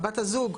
בת הזוג,